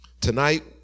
Tonight